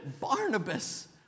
Barnabas